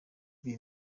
ibi